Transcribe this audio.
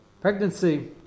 pregnancy